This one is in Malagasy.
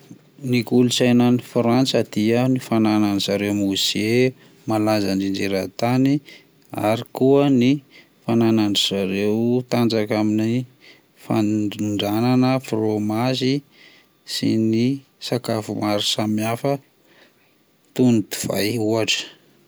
Ny kolotsaina any Frantsa dia ny fananan'ny zareo mozea malaza indrindra eran-tany, ary koa ny fananan'ndry zareo amin'ny tanjaka fandrondranana frômazy sy ny sakafo maro samy hafa toy ny dovay ohatra.